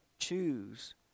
choose